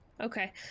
okay